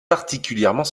particulièrement